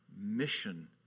mission